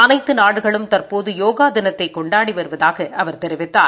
அனைத்து நாடுகளும் தற்போது யோகா தினத்தை கொண்டாடி வருவதாக அவர் தெரிவித்தார்